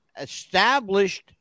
established